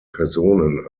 personen